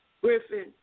griffin